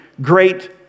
great